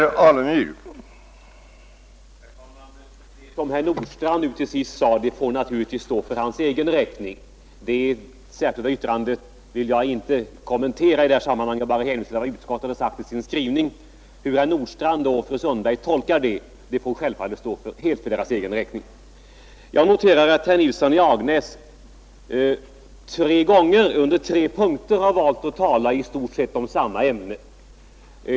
Herr talman! Det som herr Nordstrandh nu senast sade får naturligtvis stå för hans egen räkning. Det särskilda yttrandet vill jag inte kommentera i detta sammanhang. Jag vill bara hänvisa till vad utskottet sagt i sin skrivning. Hur herr Nordstrandh och fru Sundberg tolkar det får självfallet stå helt för deras egen räkning. Jag noterar att herr Nilsson i Agnäs under tre olika punkter har valt att tala om i stort sett samma ämne.